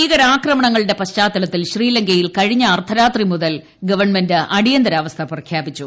ഭീകരാക്രമണങ്ങളുടെ പശ്ചാത്തലത്തിൽ ശ്രീലങ്കയിൽ കഴിഞ്ഞ അർദ്ധരാത്രി മുതൽ ഗവൺമെന്റ് അടിയന്തരാവസ്ഥ പ്രഖ്യാപിച്ചു